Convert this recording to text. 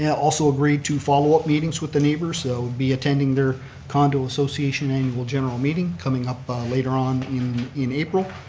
yeah also agreed to follow up meetings with the neighbors. we'll so be attending their condo association annual general meeting coming up later on in in april.